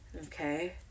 okay